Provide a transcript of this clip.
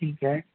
ٹھیک ہے